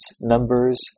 numbers